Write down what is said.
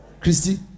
Christy